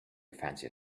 fancier